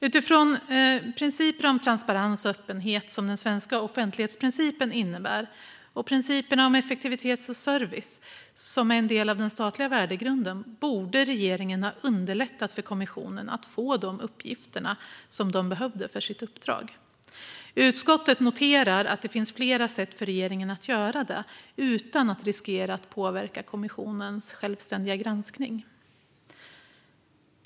Utifrån de principer om transparens och öppenhet som den svenska offentlighetsprincipen innebär och principerna om effektivitet och service, som är en del av den statliga värdegrunden, borde regeringen ha underlättat för kommissionen att få de uppgifter som de behövde för sitt uppdrag. Utskottet noterar att det finns flera sätt för regeringen att göra det utan att riskera att påverka kommissionens självständiga granskning.